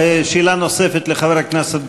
שאלה נוספת לחבר הכנסת ברוורמן.